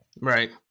Right